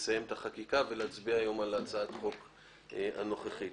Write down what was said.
להצביע על הצעת החוק הנוכחית.